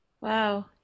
wow